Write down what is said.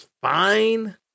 fine